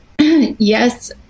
yes